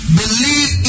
believe